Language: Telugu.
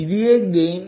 ఇదియే గెయిన్